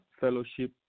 fellowship